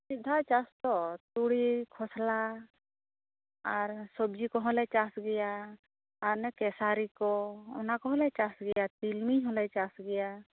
ᱢᱤᱫ ᱫᱷᱟᱣ ᱪᱟᱥ ᱛᱳ ᱛᱩᱲᱤ ᱠᱷᱚᱥᱞᱟ ᱟᱨ ᱥᱚᱵᱡᱤ ᱠᱚᱦᱚᱸ ᱞᱮ ᱪᱟᱥ ᱜᱮᱭᱟ ᱟᱨ ᱚᱱᱮ ᱠᱮᱥᱟᱨᱤ ᱠᱚ ᱚᱱᱟ ᱠᱚᱦᱚᱸ ᱞᱮ ᱪᱟᱥ ᱜᱮᱭᱟ ᱛᱤᱞᱢᱤᱧ ᱦᱚᱞᱮ ᱪᱟᱥ ᱜᱮᱭᱟ